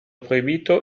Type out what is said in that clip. proibito